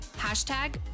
Hashtag